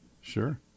Sure